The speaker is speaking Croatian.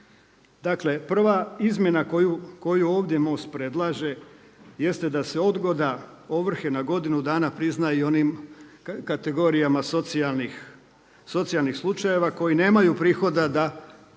Dakle, prva izmjena koju ovdje MOST predlaže jeste da se odgoda ovrhe na godinu dana prizna i onim kategorijama socijalnih slučajeva koji nemaju prihoda,